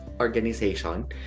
Organization